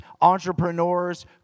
entrepreneurs